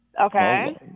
Okay